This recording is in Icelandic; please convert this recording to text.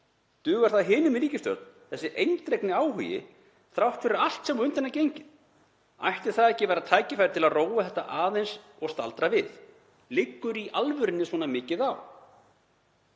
Dugar það hinum í ríkisstjórn, þessi eindregni áhugi, þrátt fyrir allt sem á undan er gengið? Ætti ekki að vera tækifæri til að róa þetta aðeins og staldra við? Liggur í alvörunni svona mikið á?